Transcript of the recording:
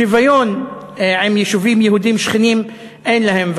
שוויון עם יישובים יהודיים שכנים אין להם.